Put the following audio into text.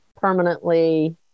permanently